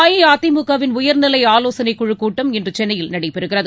அஇஅதிமுகவின் உயர்நிலை ஆலோசனைக் குழுக் கூட்டம் இன்று சென்னையில் நடைபெறுகிறது